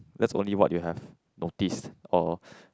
that's only what you have noticed or